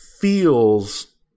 feels